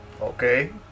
Okay